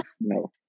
no